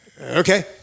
Okay